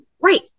Right